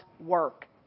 work